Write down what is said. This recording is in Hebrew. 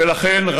ולכן,